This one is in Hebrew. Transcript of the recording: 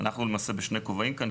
אנחנו למעשה בשני כובעים כאן,